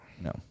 No